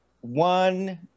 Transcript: one